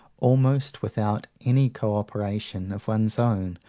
almost without any co-operation of one's own,